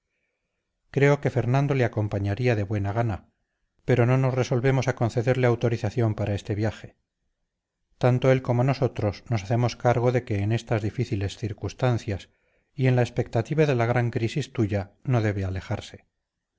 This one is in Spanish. creo que fernando le acompañaría de buena gana pero no nos resolvemos a concederle autorización para este viaje tanto él como nosotros nos hacemos cargo de que en estas difíciles circunstancias y en la expectativa de la gran crisis tuya no debe alejarse